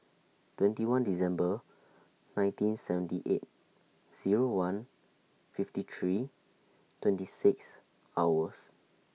twenty one December nineteen seventy eight Zero one fifty three twenty six hours